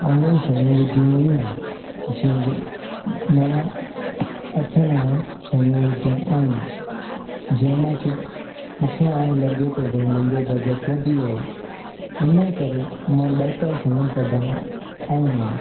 online शयूं विधियूं हुयूं जीअं की नव अठ नव शयूं विधियूं आहिनि जीअं मूंखे मूंखे हाणे लॻे थो की भई मुंहिंजो बजट वधी वियो आहे हुन जे करे मां ॿ चारि शयूं कढणु आहियो आ